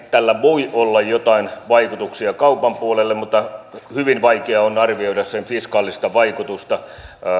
tällä voi olla joitain vaikutuksia kaupan puolelle mutta hyvin vaikea on arvioida sen fiskaalista vaikutusta